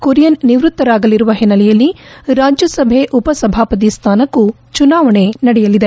ಕುರಿಯನ್ ನಿವೃತ್ತರಾಗಲಿರುವ ಹಿನ್ನೆಲೆಯಲ್ಲಿ ರಾಜ್ಯಸಭೆ ಉಪಸಭಾಪತಿ ಸ್ವಾನಕ್ಕೂ ಚುನಾವಣೆ ನಡೆಯಲಿದೆ